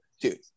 dude